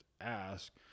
ask